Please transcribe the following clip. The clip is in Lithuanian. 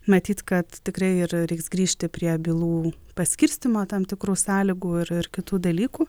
matyt kad tikrai ir reiks grįžti prie bylų paskirstymo tam tikrų sąlygų ir kitų dalykų